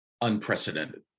unprecedented